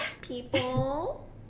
people